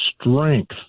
strength